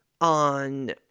on